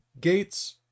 gates